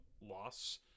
loss